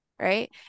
Right